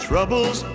Troubles